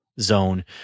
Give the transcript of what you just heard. zone